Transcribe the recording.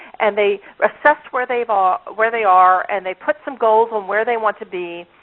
and they assess where they where they are, and they put some goals on where they want to be.